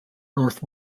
north